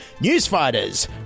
Newsfighters